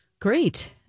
Great